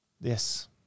yes